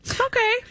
okay